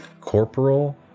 corporal